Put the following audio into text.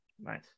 Nice